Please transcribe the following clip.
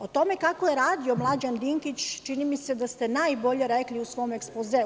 O tome kako je radio Mlađan Dinkić, čini mi se da ste najbolje rekli u svom ekspozeu.